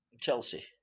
Chelsea